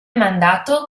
mandato